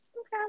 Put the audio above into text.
Okay